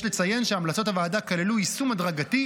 יש לציין שהמלצות הוועדה כללו יישום הדרגתי,